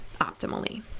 optimally